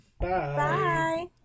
bye